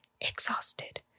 Exhausted